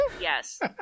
Yes